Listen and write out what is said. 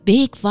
Big